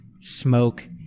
smoke